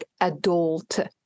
adult